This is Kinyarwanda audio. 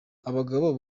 abagabo